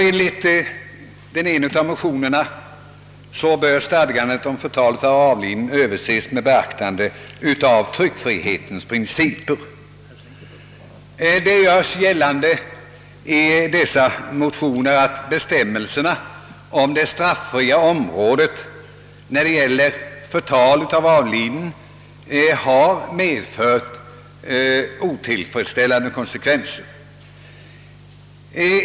Enligt den ena av motionerna bör stadgandet om förtal av avliden överses med beaktande av tryckfrihetens principer. Det görs i dessa motioner gällande att bestämmelserna om det straffria området vad beträffar förtal av avliden har medfört otillfredsställande konsekvenser.